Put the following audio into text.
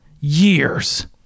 years